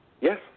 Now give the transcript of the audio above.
Yes